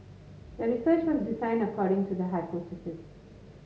the research was designed according to the hypothesis